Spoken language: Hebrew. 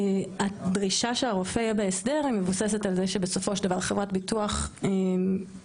הדרישה שהרופא יהיה בהסדר מבוססת על זה שבסופו של דבר חברת ביטוח בפוליסת